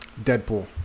Deadpool